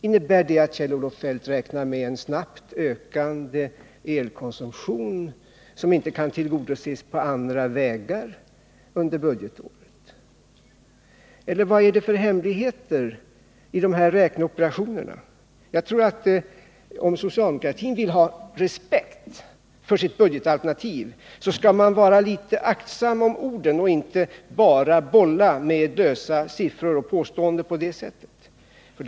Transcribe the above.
Innebär det att Kjell Olof Feldt räknar med en snabbt ökande elkonsumtion under budgetåret, som inte kan tillgodoses på andra vägar? Vilka hemligheter gömmer sig i de här räkneoperationerna? Jag tror att om socialdemokratin vill ha respekt för sitt budgetalternativ, så bör man vara litet aktsam om orden och inte bara bolla med siffror och lösa påståenden på det sätt man gör.